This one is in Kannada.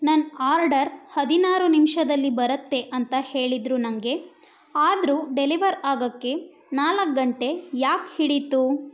ನನ್ನ ಆರ್ಡರ್ ಹದಿನಾರು ನಿಮಿಷದಲ್ಲಿ ಬರುತ್ತೆ ಅಂತ ಹೇಳಿದರು ನನಗೆ ಆದರೂ ಡೆಲಿವರ್ ಆಗೋಕ್ಕೆ ನಾಲ್ಕು ಗಂಟೆ ಯಾಕೆ ಹಿಡೀತು